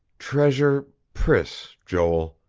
treasure priss, joel.